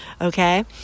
Okay